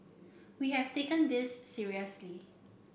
we have taken this seriously